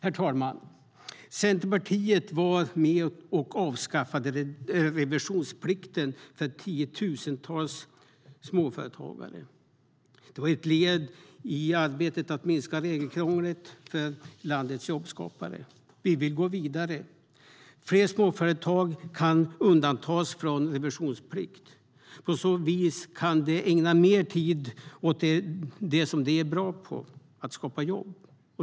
Herr talman! Centerpartiet var med och avskaffade revisionsplikten för tiotusentals småföretagare. Det var ett led i arbetet med att minska regelkrånglet för landets jobbskapare. Vi vill gå vidare. Fler småföretag kan undantas från revisionsplikt. På så vis kan de ägna mer tid åt det som de är bra på: att skapa jobb.